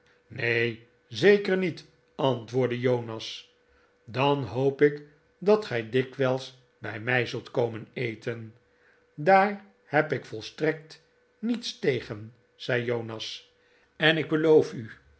neen zeker niet antwoordde jonas dan hoop ik dat gij dikwijls bij mij zult komen eten daar heb ik volstrekt niets tegen zei jonas en ik beloof u